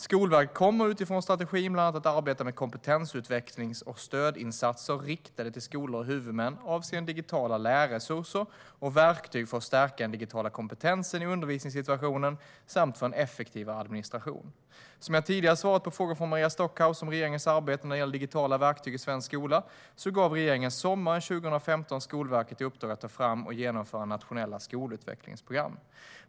Skolverket kommer utifrån strategin bland annat att arbeta med kompetensutvecklings och stödinsatser riktade till skolor och huvudmän avseende digitala lärresurser och verktyg för att stärka den digitala kompetensen i undervisningssituationen samt för en effektivare administration. Som jag tidigare svarat på frågor från Maria Stockhaus om regeringens arbete när det gäller digitala verktyg i svensk skola gav regeringen sommaren 2015 Skolverket i uppdrag att ta fram och genomföra nationella skolutvecklingsprogram.